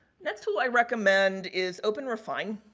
next, who i recommend is open refine.